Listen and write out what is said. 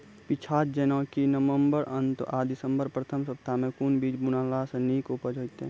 पीछात जेनाकि नवम्बर अंत आ दिसम्बर प्रथम सप्ताह मे कून बीज बुनलास नीक उपज हेते?